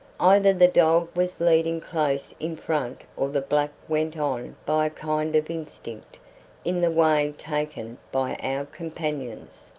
either the dog was leading close in front or the black went on by a kind of instinct in the way taken by our companions.